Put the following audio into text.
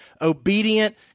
obedient